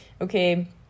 okay